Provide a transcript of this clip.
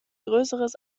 größeres